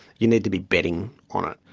you need to be betting on it.